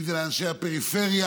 אם זה לאנשי הפריפריה,